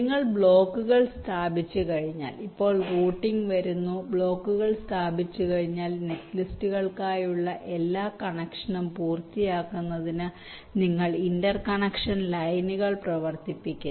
നിങ്ങൾ ബ്ലോക്കുകൾ സ്ഥാപിച്ചുകഴിഞ്ഞാൽ ഇപ്പോൾ റൂട്ടിംഗ് വരുന്നു ബ്ലോക്കുകൾ സ്ഥാപിച്ചുകഴിഞ്ഞാൽ നെറ്റ്ലിസ്റ്റുകൾക്കായുള്ള എല്ലാ കണക്ഷനും പൂർത്തിയാക്കുന്നതിന് നിങ്ങൾ ഇന്റർകണക്ഷൻ ലൈനുകൾ പ്രവർത്തിപ്പിക്കുന്നു